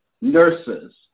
nurses